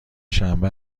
شنبه